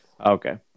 Okay